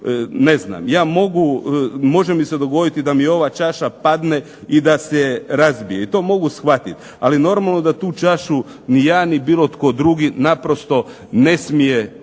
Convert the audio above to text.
Ja mogu, može mi se dogoditi da mi ova čaša padne i da se razbije i to mogu shvatit. Ali normalno da tu čašu ni ja ni bilo tko drugi naprosto ne smije